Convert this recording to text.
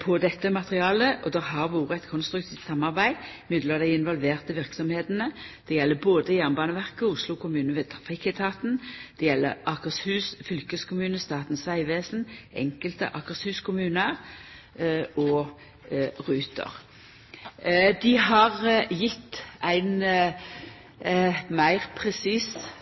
på dette materialet, og det har vore eit konstruktivt samarbeid mellom dei involverte verksemdene. Det gjeld både Jernbaneverket og Oslo kommune ved Trafikketaten, det gjeld Akershus fylkeskommune, Statens vegvesen, enkelte Akershus-kommunar og Ruter. Dei har gjeve ei meir presis